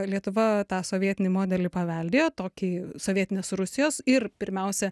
lietuva tą sovietinį modelį paveldėjo tokį sovietinės rusijos ir pirmiausia